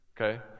okay